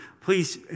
Please